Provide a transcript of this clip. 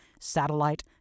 satellite